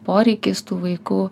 poreikiais tų vaikų